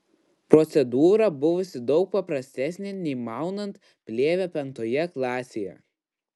procedūra buvusi daug paprastesnė nei maunant plėvę penktoje klasėje